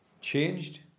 changed